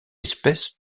espèce